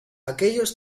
aquellos